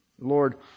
Lord